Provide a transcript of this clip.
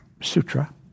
sutra